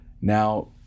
Now